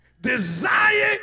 desiring